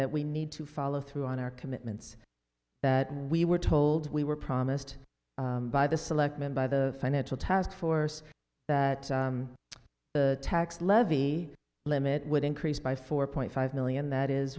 that we need to follow through on our commitments that we were told we were promised by the selectmen by the financial taskforce that the tax levy limit would increase by four point five million that is